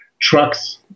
trucks